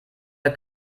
der